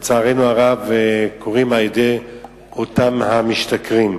הם על-ידי אותם משתכרים.